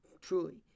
Truly